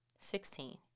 Sixteen